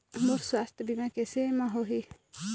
मोर सुवास्थ बीमा कैसे म होही?